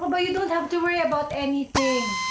but but you don't have to worry about anything.